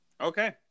Okay